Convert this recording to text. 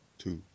two